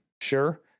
sure